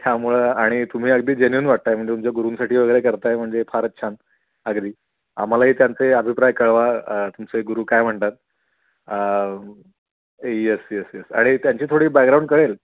त्यामुळं आणि तुम्ही अगदी जेन्युन वाटताय म्हणजे तुमच्या गुरुसाठी वगैरे करताय म्हणजे फारच छान अगदी आम्हाला त्यांचे अभिप्राय कळवा तुमचे गुरु काय म्हणतात येस येस येस आणि त्यांची थोडी बॅग्राऊंड कळेल